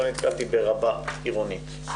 לא נתקלתי ברבה עירונית,